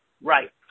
Right